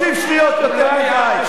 30 שניות יותר מדי.